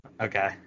Okay